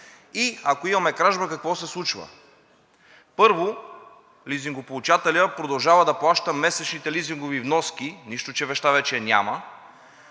И ако имаме кражба, какво се случва? Първо, лизингополучателят продължава да плаща месечните лизингови вноски, нищо, че вещта вече я няма,